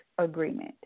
agreement